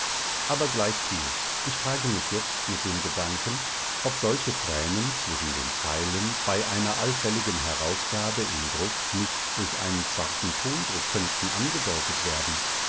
aber gleichviel ich trage mich jetzt mit dem gedanken ob solche tränen zwischen den zeilen bei einer allfälligen herausgabe im druck nicht durch einen zarten tondruck könnten angedeutet werden